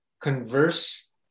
converse